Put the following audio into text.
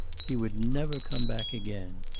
he would never come back again.